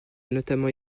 notamment